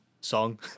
song